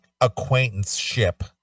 acquaintanceship